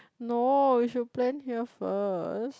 no you should plan here first